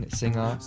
singer